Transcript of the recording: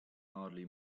hardly